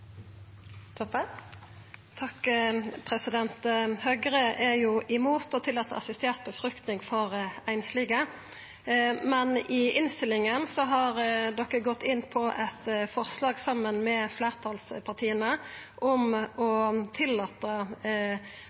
imot å tillata assistert befruktning for einslege, men i innstillinga har de gått inn på eit forslag saman med fleirtalspartia om å tillata